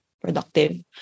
productive